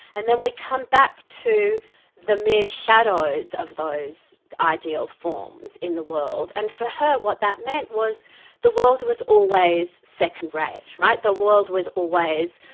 and then we come back to the mere shadows of those ideal forms in the world. and for her what that meant was the world was always second rate. right? the world was always,